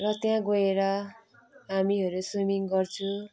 र त्यहाँ गएर हामीहरू स्विमिङ गर्छु